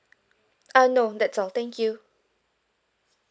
uh no that's all thank you